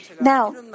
Now